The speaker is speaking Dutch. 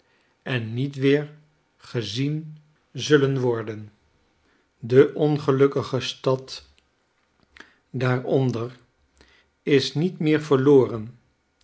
en niet weer gezien zullcn worden de ongelukkige stad daaronder is niet meer verloren